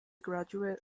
graduate